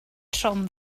trwm